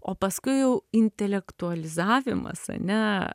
o paskui jau intelektualizavimas ane